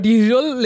usual